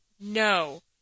no